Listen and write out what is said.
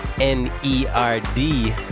N-E-R-D